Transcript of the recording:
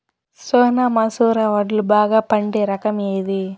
సోనా మసూర వడ్లు బాగా పండే రకం ఏది